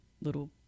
little